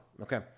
okay